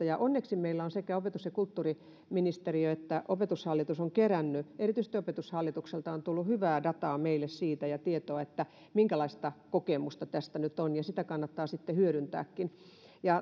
ja onneksi meillä sekä opetus ja kulttuuriministeriö että opetushallitus ovat sitä keränneet erityisesti opetushallitukselta on on tullut meille hyvää dataa ja tietoa siitä minkälaista kokemusta tästä nyt on ja sitä kannattaa hyödyntääkin